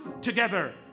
together